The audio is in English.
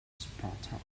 spartacus